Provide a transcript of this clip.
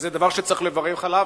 וזה דבר שצריך לברך עליו.